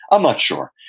i'm not sure.